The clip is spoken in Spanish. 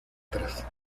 atrás